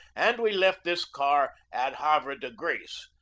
and we left this car at havre de grace.